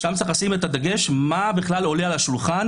שם צריך לשים את הדגש מה בכלל עולה על השולחן,